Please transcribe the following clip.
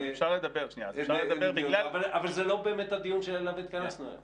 אבל זה לא באמת הדיון שאליו התכנסנו היום.